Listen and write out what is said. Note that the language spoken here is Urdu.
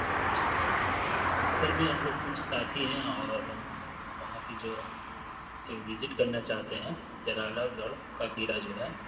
او اچھا اچھا اصل میں ہم لوگ کچھ ساتھی ہیں اور ہم وہاں کی جو وزٹ کرنا چاہتے ہیں جلالہ گڑھ کا قلعہ جو ہے